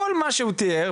כל מה שהוא תיאר,